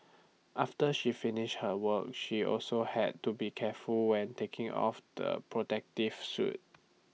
after she finished her work she also had to be careful when taking off the protective suit